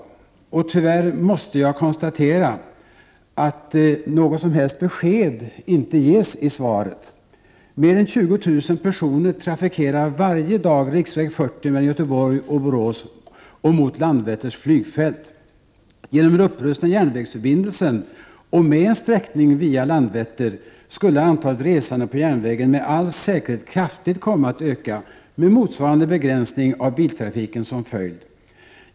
Jag måste tyvärr konstatera 24 november 1988 att det inte gavs något som helst besked i svaret. Mer än 20 000 personer trafikerar varje dag riksväg 40 mellan Göteborg och Borås och mot Landvetters flygfält. Genom en upprustning av järnvägsförbindelsen och med en sträckning via Landvetter skulle antalet resande på järnvägen med all säkerhet kraftigt komma att öka, med motsvarande begränsning av biltrafiken som följd.